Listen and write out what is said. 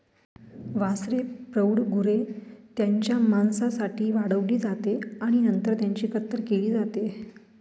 वासरे प्रौढ गुरे त्यांच्या मांसासाठी वाढवली जाते आणि नंतर त्यांची कत्तल केली जाते